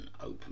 open